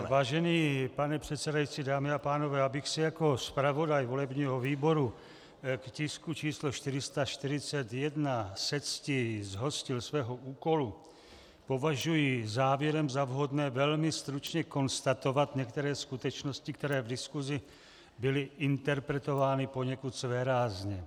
Vážený pane předsedající, dámy a pánové, abych se jako zpravodaj volebního výboru k tisku číslo 441 se ctí zhostil svého úkolu, považuji závěrem za vhodné velmi stručně konstatovat některé skutečnosti, které v diskusi byly interpretovány poněkud svérázně.